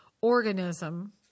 organism